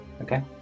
Okay